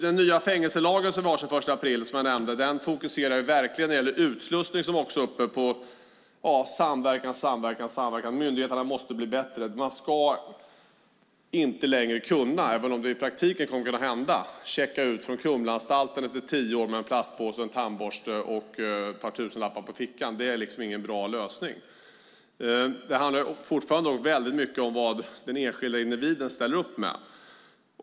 Den nya fängelselag jag nämnde som vi har sedan den 1 april fokuserar verkligen på utslussning och samverkan. Myndigheterna måste bli bättre. Man ska inte längre kunna - även om det i praktiken kommer att kunna hända - checka ut från Kumlaanstalten efter tio år med en plastpåse, en tandborste och ett par tusenlappar på fickan. Det är ingen bra lösning. Det handlar fortfarande väldigt mycket om vad den enskilde individen ställer upp med.